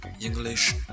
English